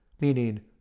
Meaning